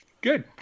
Good